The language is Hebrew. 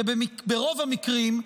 כי ברוב המקרים,